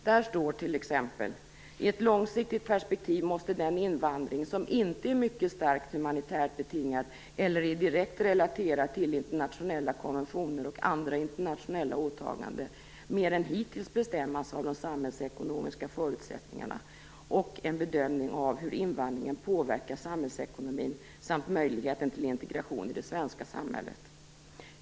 Där står t.ex.: "I ett långsiktigt perspektiv måste den invandring som inte är mycket starkt humanitärt betingad eller är direkt relaterad till internationella konventioner och andra internationella åtaganden mer än hittills bestämmas av de samhällsekonomiska förutsättningarna och en bedömning av hur invandringen påverkar samhällsekonomin samt möjligheten till integration i det svenska samhället."